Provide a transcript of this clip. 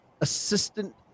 Assistant